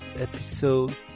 episode